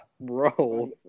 Bro